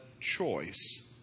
choice